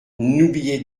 n’oubliez